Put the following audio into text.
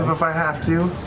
if i have to.